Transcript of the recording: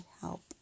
help